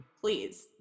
Please